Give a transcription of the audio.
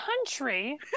country